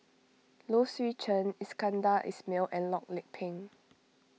Low Swee Chen Iskandar Ismail and Loh Lik Peng